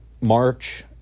March